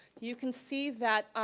you can see that